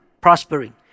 prospering